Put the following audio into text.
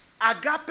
Agape